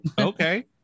okay